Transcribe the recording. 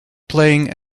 playing